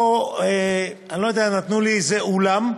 פה, אני לא יודע, נתנו לי איזה אולם.